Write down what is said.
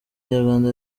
rwanda